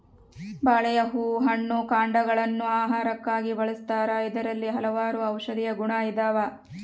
ಬಾಳೆಯ ಹೂ ಹಣ್ಣು ಕಾಂಡಗ ಳನ್ನು ಆಹಾರಕ್ಕಾಗಿ ಬಳಸ್ತಾರ ಇದರಲ್ಲಿ ಹಲವಾರು ಔಷದಿಯ ಗುಣ ಇದಾವ